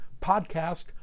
podcast